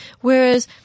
Whereas